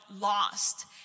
lost